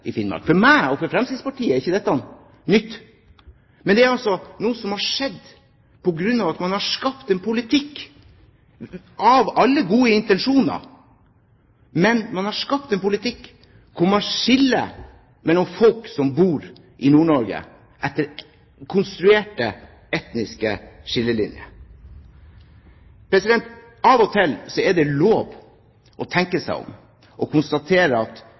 i Finnmark. For meg, og for Fremskrittspartiet, er ikke dette noe nytt. Det er noe som har skjedd på grunn av at man har skapt en politikk – med alle gode intensjoner – men man har skapt en politikk hvor man skiller mellom folk som bor i Nord-Norge, etter konstruerte etniske skillelinjer. Av og til er det lov å tenke seg om og konstatere at